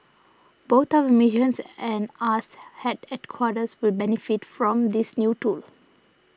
both our missions and us had headquarters will benefit from this new tool